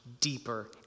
deeper